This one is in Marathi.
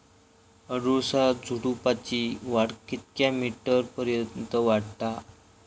अडुळसा झुडूपाची वाढ कितक्या मीटर पर्यंत वाढता?